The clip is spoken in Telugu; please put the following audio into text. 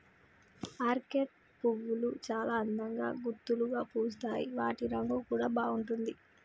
ఆర్కేడ్ పువ్వులు చాల అందంగా గుత్తులుగా పూస్తాయి వాటి రంగు కూడా బాగుంటుంది